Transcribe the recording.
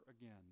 again